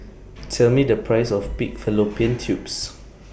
Tell Me The Price of Pig Fallopian Tubes